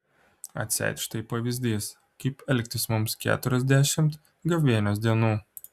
atseit štai pavyzdys kaip elgtis mums keturiasdešimt gavėnios dienų